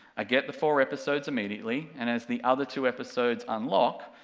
i get the four episodes immediately, and as the other two episodes unlock,